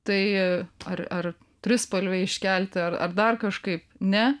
tai ar ar trispalvę iškelti ar ar dar kažkaip ne